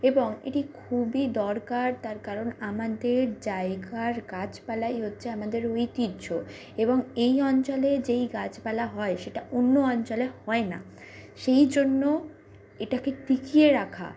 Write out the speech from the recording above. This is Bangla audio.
এবং এটি খুবই দরকার তার কারণ আমাদের জায়গার গাছপালাই হচ্ছে আমাদের ঐতিহ্য এবং এই অঞ্চলে যেই গাছপালা হয় সেটা অন্য অঞ্চলে হয় না সেই জন্য এটাকে টিকিয়ে রাখা